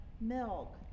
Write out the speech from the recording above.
milk